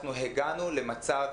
הגענו למצב